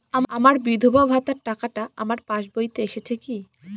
আমার বিধবা ভাতার টাকাটা আমার পাসবইতে এসেছে কি?